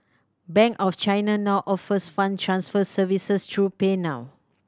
bank of China now offers fund transfer services through PayNow